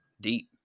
deep